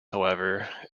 however